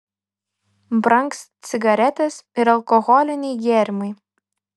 brangs cigaretės ir alkoholiniai gėrimai